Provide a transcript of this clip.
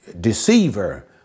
deceiver